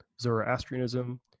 Zoroastrianism